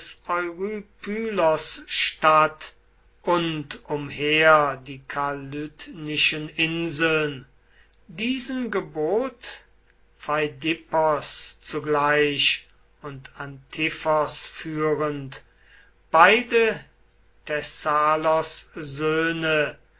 und umher die kalydnischen inseln diesen gebot pheidippos zugleich und antiphos führend beide